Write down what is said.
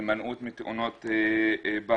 הימנעות מתאונות בית,